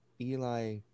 Eli